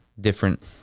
different